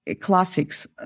classics